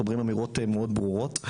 אומרים אמירות מאוד ברורות,